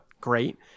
great